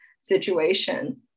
situation